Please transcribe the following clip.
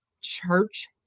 church